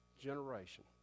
generation